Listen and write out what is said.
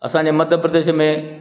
असांजे मध्यप्रदेश में